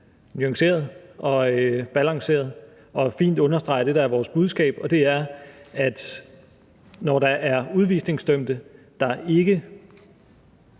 er nuanceret og balanceret og fint understreger det, der er vores budskab, og det er, at når der er udvisningsdømte, der ikke